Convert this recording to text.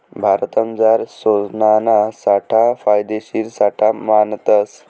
भारतमझार सोनाना साठा फायदेशीर साठा मानतस